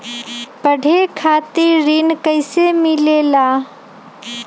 पढे खातीर ऋण कईसे मिले ला?